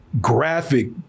graphic